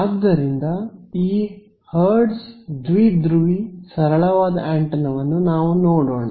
ಆದ್ದರಿಂದ ಹರ್ಟ್ಜ್ ದ್ವಿಧ್ರುವಿ ಸರಳವಾದ ಆಂಟೆನಾವನ್ನು ನಾವು ನೋಡೋಣ